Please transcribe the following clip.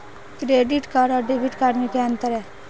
Credit card और debit card में क्या अंतर है?